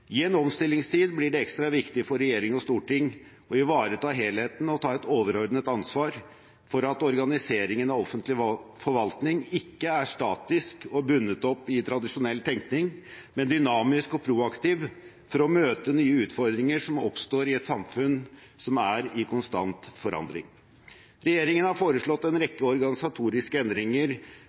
I en omstillingstid blir det ekstra viktig for regjering og storting å ivareta helheten og ta et overordnet ansvar for at organiseringen av offentlig forvaltning ikke er statisk og bundet opp i tradisjonell tenkning, men dynamisk og proaktiv for å møte nye utfordringer som oppstår i et samfunn som er i konstant forandring. Regjeringen har foreslått en rekke organisatoriske endringer